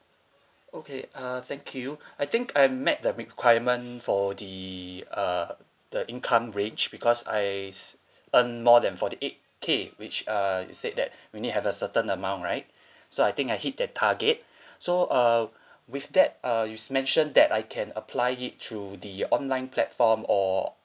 okay uh thank you I think I met the requirement for the uh the income range because I s~ earn more than forty eight K which uh you said that we need to have a certain amount right so I think I hit that target so uh with that uh you s~ mentioned that I can apply it through the online platform or